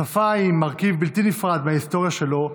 השפה היא מרכיב בלתי נפרד מההיסטוריה שלו,